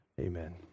Amen